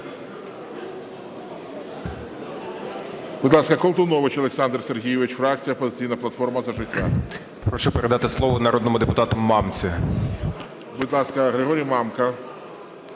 Прошу передати слово народному депутату Бурмічу.